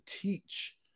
teach